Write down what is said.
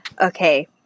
Okay